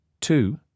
Two